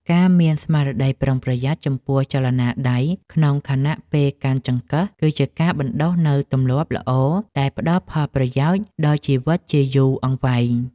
ការមានស្មារតីប្រុងប្រយ័ត្នចំពោះចលនាដៃក្នុងខណៈពេលកាន់ចង្កឹះគឺជាការបណ្តុះនូវទម្លាប់ល្អដែលផ្តល់ផលប្រយោជន៍ដល់ជីវិតជាយូរអង្វែង។